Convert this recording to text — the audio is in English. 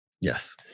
Yes